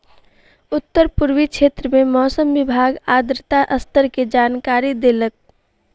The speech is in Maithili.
उत्तर पूर्वी क्षेत्र में मौसम विभाग आर्द्रता स्तर के जानकारी देलक